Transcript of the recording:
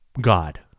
God